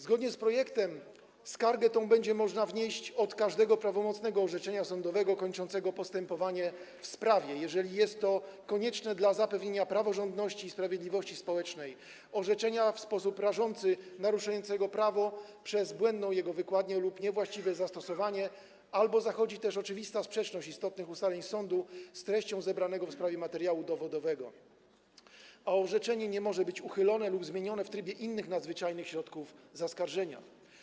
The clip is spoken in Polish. Zgodnie z projektem skargę tę będzie można wnieść od każdego prawomocnego orzeczenia sądowego kończącego postępowanie w sprawie, jeżeli jest to konieczne dla zapewnienia praworządności i sprawiedliwości społecznej, orzeczenia w sposób rażący naruszającego prawo przez błędną jego wykładnię lub niewłaściwe zastosowanie albo gdy zachodzi też oczywista sprzeczność istotnych ustaleń sądu z treścią zebranego w sprawie materiału dowodowego, a orzeczenie nie może być uchylone lub zmienione w trybie innych nadzwyczajnych środków zaskarżenia.